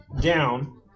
down